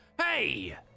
Hey